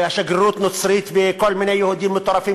השגרירות הנוצרית וכל מיני יהודים מטורפים